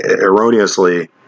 erroneously